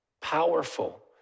powerful